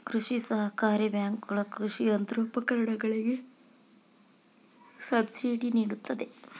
ಕೃಷಿ ಸಹಕಾರಿ ಬ್ಯಾಂಕುಗಳ ಕೃಷಿ ಯಂತ್ರೋಪಕರಣಗಳಿಗೆ ಸಬ್ಸಿಡಿ ನಿಡುತ್ತವೆ